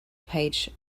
page